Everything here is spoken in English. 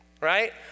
right